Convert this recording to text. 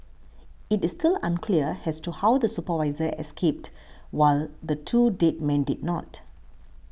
it is still unclear as to how the supervisor escaped while the two dead men did not